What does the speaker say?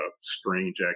strange